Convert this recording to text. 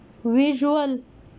visual